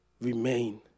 remain